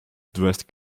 dressed